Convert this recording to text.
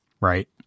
Right